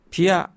Pia